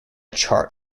chart